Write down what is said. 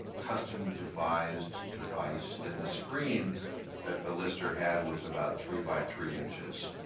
custom devised device, and the screen that the lister had was about three by three inches.